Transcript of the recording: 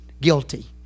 guilty